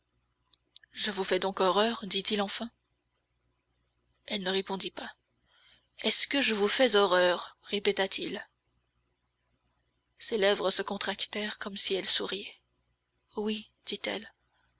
je vous fais donc horreur dit-il enfin elle ne répondit pas est-ce que je vous fais horreur répéta-t-il ses lèvres se contractèrent comme si elle souriait oui dit-elle